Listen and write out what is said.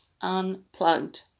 unplugged